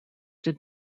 did